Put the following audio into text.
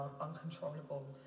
uncontrollable